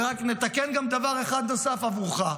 ורק נתקן גם דבר אחד נוסף עבורך.